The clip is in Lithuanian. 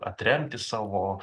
atremti savo